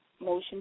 motion